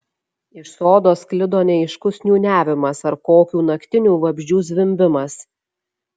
iš sodo sklido neaiškus niūniavimas ar kokių naktinių vabzdžių zvimbimas